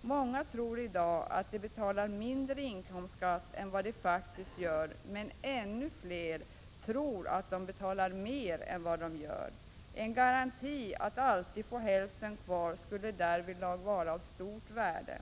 Många tror i dag att de betalar mindre inkomstskatt än vad de faktiskt gör, men ännu fler tror att de betalar mer än vad de gör. En garanti att alltid få hälften kvar skulle därvid vara av stort värde.